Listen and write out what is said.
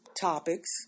topics